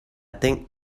think